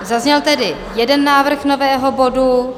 Zazněl tedy jeden návrh nového bodu.